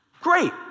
Great